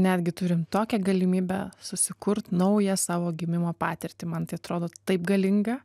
netgi turim tokią galimybę susikurt naują savo gimimo patirtį man tai atrodo taip galinga